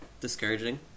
discouraging